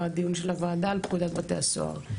בדיון של הוועדה על פקודת בתי הסוהר.